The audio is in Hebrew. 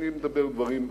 אני מדבר דברים רציניים.